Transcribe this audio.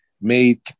made